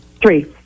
Three